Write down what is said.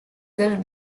killed